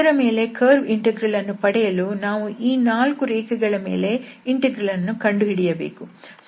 ಇದರ ಮೇಲೆ curve integral ಅನ್ನು ಪಡೆಯಲು ನಾವು ಈ 4 ರೇಖೆಗಳ ಮೇಲೆ ಇಂಟೆಗ್ರಲ್ ಗಳನ್ನು ಕಂಡುಹಿಡಿಯಬೇಕು